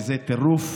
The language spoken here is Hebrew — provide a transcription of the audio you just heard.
וזה טירוף.